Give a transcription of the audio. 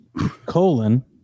colon